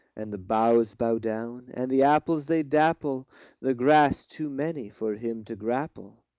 and the boughs bow down, and the apples they dapple the grass, too many for him to grapple.